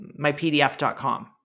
myPDF.com